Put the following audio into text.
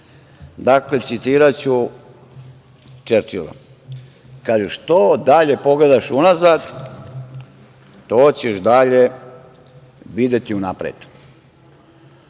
Dakle, citiraću Čerčila. Kaže - što dalje pogledaš unazad, to ćeš dalje videti unapred.